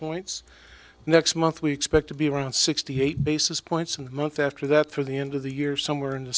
points next month we expect to be around sixty eight basis points in the month after that through the end of the year somewhere in the